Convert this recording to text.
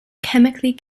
chemically